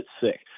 sick